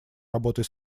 работой